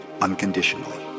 unconditionally